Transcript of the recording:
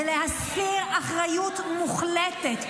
זה להסיר אחריות מוחלטת.